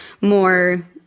more